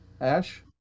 Ash